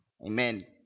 amen